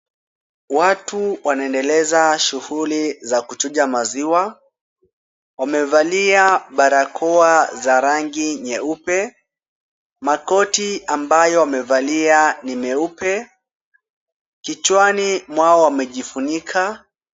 Watu wanaendeleza shughuli za kuchuja maziwa. Wamevalia barakoa za rangi nyeupe. Makoti ambayo wamevalia ni meupe. Kichwani mwao wamejifunika.